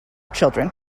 children